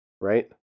right